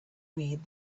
read